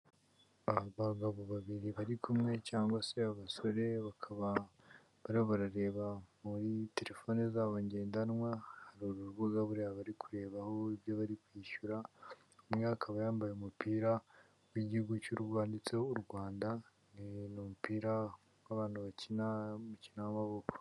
Abagabo babiri bari kumwe cyangwa se abasore, bakaba bariho barareba muri terefone zabo ngendanwa, hari urubuga buriya bari kurebaho ibyo bari kwishyura, umwe akaba yambaye umupira w'igihugu wanditseho u Rwanda, n'umupira w'abantu bakina umukino w'amaboko.